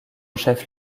chef